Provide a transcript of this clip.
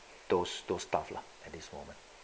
those those stuff lah at these moment